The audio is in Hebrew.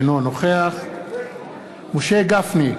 אינו נוכח משה גפני,